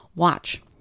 Watch